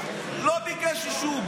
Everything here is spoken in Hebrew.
לא ביקש אישור,